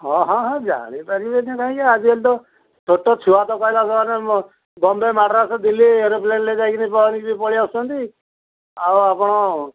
ହଁ ହଁ ହଁ ଜାଣି ପାରିବେନି କାହିଁକି ଆଜିକାଲି ତ ଛୋଟ ଛୁଆ ବମ୍ବେ ମାଡ଼୍ରାସ୍ ଦିଲ୍ଲୀ ଏରୋପ୍ଲେନ୍ରେ ଯାଇକିନି ପହଁରିକି ପଳାଇ ଆସୁଛନ୍ତି ଆଉ ଆପଣ